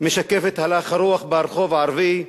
משקף את הלך הרוח ברחוב הערבי,